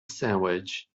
sandwich